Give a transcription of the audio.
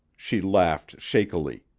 she laughed shakily.